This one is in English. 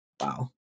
Wow